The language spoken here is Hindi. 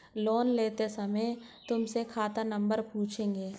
लोन लेते समय तुमसे खाता नंबर पूछेंगे